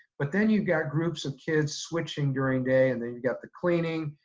but then you've got groups of kids switching during day and then you've got the cleaning,